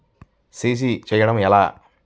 CC చేయడము ఎలా?